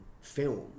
film